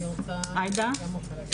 בבקשה,